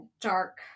dark